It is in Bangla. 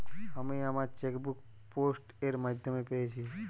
আমি আমার চেকবুক পোস্ট এর মাধ্যমে পেয়েছি